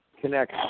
connect